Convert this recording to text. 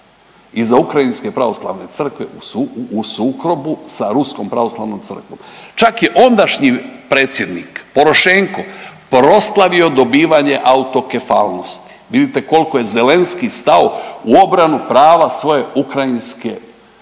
iza ukrajinske pravoslavne crkve u sukobu sa ruskom pravoslavnom crkvom. Čak i ondašnji predsjednik Porošenko proslavio dobivanje autokefalnosti. Vidjeti koliko je Zelenski stao u obranu prava svoje ukrajinske crkve